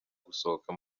gusohoka